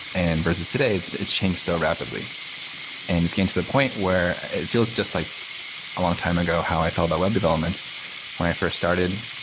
and versus today. it's it's changed so rapidly and it's getting to the point where it feels just like a long time ago how i felt about web development when i first started.